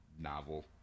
novel